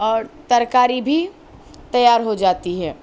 اور ترکاری بھی تیار ہو جاتی ہے